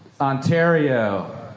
Ontario